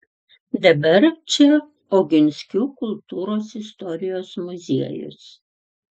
dabar čia oginskių kultūros istorijos muziejus